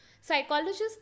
Psychologists